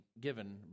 given